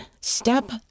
step